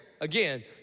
again